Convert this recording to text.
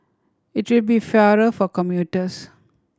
it will be fairer for commuters